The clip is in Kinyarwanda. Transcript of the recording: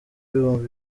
ibihumbi